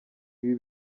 ibi